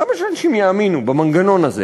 למה שאנשים יאמינו במנגנון הזה?